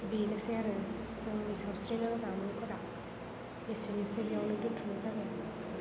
बेनोसै आरो जोंनि सावस्रिनां जामुंफोरा एसेनोसै बेयावनो दोनथ'नाय जाबाय